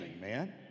man